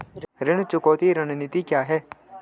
ऋण चुकौती रणनीति क्या है?